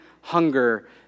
hunger